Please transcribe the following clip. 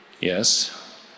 Yes